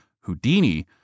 Houdini